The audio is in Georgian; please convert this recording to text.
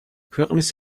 ქვეყნის